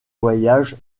voyage